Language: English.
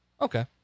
Okay